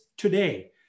Today